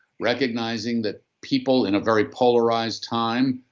recognizing that people, in a very polarized time,